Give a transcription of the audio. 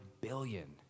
billion